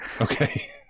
Okay